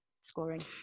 scoring